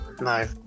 no